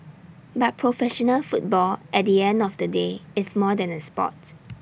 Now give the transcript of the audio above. but professional football at the end of the day is more than A Sport